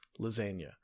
lasagna